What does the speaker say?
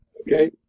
Okay